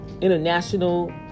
international